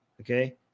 Okay